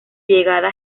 llegada